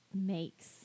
makes